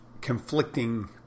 conflicting